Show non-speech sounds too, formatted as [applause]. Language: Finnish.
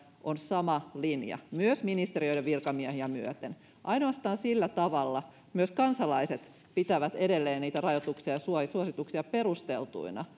on sama linja ministeriöiden virkamiehiä myöten ainoastaan sillä tavalla myös kansalaiset pitävät edelleen niitä rajoituksia ja suosituksia perusteltuina [unintelligible]